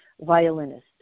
violinist